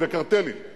זה אומר שהשכר נשחק.